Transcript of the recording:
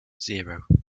zero